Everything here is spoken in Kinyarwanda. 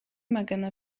magana